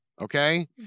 Okay